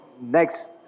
next